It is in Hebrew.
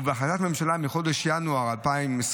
ובהחלטת ממשלה מחודש ינואר 2024,